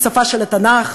היא השפה של התנ"ך,